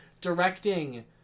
Directing